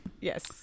yes